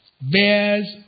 bears